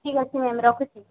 ଠିକ୍ ଅଛି ମ୍ୟାମ୍ ରଖୁଛି